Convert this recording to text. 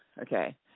Okay